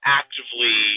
actively